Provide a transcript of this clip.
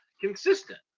consistent